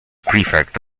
prefect